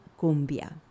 cumbia